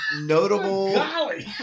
notable